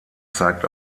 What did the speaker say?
zeigt